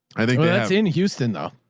i think that's in houston though.